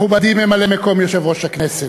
מכובדי ממלא-מקום יושב-ראש הכנסת,